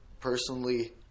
personally